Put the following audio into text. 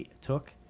took